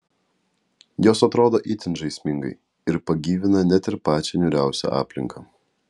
jos atrodo itin žaismingai ir pagyvina net ir pačią niūriausią aplinką